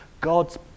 God's